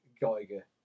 Geiger